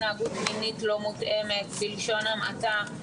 התנהגות מינית לא מותאמת בלשון המעטה,